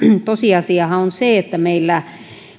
tosiasiahan on se että meillä